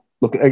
Look